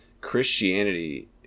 Christianity